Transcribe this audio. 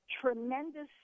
tremendous